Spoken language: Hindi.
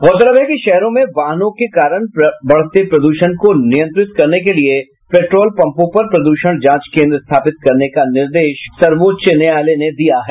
गौरतलब है कि शहरों में वाहनों के कारण बढ़ते प्रद्षण को नियंत्रित करने के लिए पेट्रोल पम्पों पर प्रद्षण जांच केन्द्र स्थापित करने का निर्देश सर्वोच्च न्यायालय ने दिया है